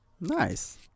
Nice